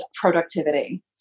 productivity